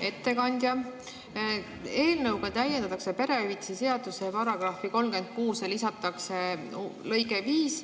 Ettekandja! Eelnõuga täiendatakse perehüvitiste seaduse § 36 ja lisatakse lõige 5